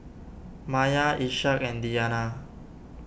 Maya Ishak and Diyana